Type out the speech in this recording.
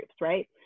right